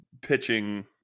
pitching